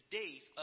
days